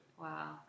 Wow